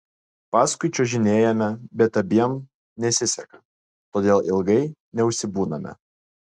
paskui čiuožinėjame bet abiem nesiseka todėl ilgai neužsibūname